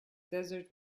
desert